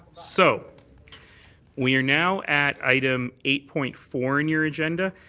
so we are now at item eight point four in your agenda.